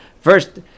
first